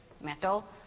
metal